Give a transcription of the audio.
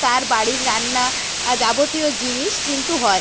তার বাড়ির রান্না যাবতীয় জিনিস কিন্তু হয়